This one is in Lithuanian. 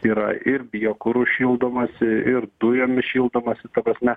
yra ir biokuru šildomąsi ir dujomis šildomąsi ta prasme